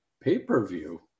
Pay-per-view